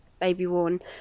baby-worn